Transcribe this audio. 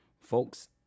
folks